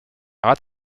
rate